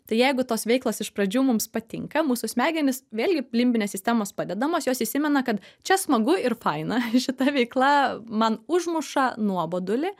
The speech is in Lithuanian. tai jeigu tos veiklos iš pradžių mums patinka mūsų smegenys vėlgi limbinės sistemos padedamos jos įsimena kad čia smagu ir faina šita veikla man užmuša nuobodulį